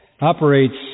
operates